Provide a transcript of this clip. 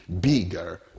bigger